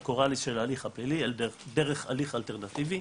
של ההליך הפלילי, אלא דרך הליך אלטרנטיבי,